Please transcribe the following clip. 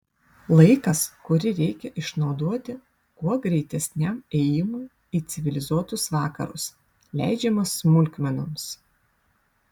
laikas kurį reikia išnaudoti kuo greitesniam ėjimui į civilizuotus vakarus leidžiamas smulkmenoms